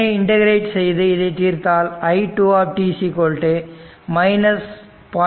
இதனை integrate செய்து இதை தீர்த்தால் i2 0